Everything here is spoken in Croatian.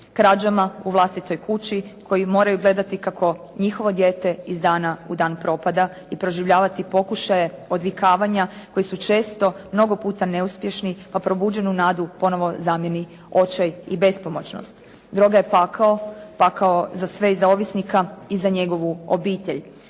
Krađama u vlastitoj kući, koji moraju gledati kako njihovo dijete iz dana u dan propada i proživljavati pokušaje odvikavanja koji su često mnogo puta neuspješni, pa probuđenu nadu ponovno zamijeni očaj i bespomoćnost. Droga je pakao, pakao za sve i za ovisnika i za njegovu obitelj.